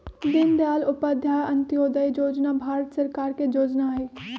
दीनदयाल उपाध्याय अंत्योदय जोजना भारत सरकार के जोजना हइ